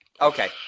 Okay